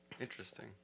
Interesting